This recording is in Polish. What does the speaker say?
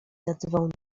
zadzwoni